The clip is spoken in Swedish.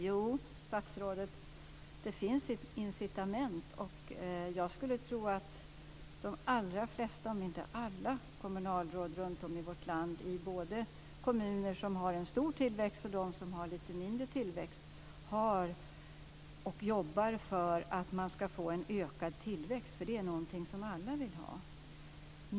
Fru talman! Det finns incitament, statsrådet. Jag skulle tro att de allra flesta, om inte alla, kommunalråd runtom i vårt land både i kommuner som har en stor tillväxt och i kommuner som har en lite mindre tillväxt jobbar för en ökad tillväxt, för det är någonting som alla vill ha.